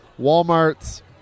Walmart's